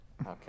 Okay